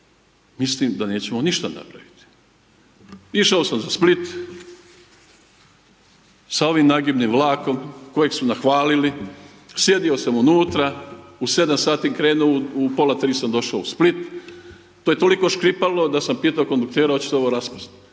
mislim da nećemo ništa napraviti. Išao sam za Split, sa ovim nagibnim vlakom koji su nahvalili, sjedio sam unutra, u 7 sati krenuo u pola 3 sam došao u Split, to je toliko škripalo da sam pitao konduktera hoće li se ovo raspast,